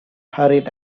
hurried